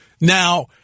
Now